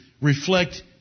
reflect